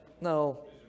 no